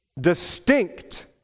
distinct